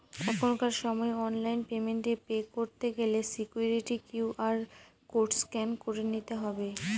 এখনকার সময় online payment এ পে করতে গেলে সিকুইরিটি কিউ.আর কোড স্ক্যান করে নিতে হবে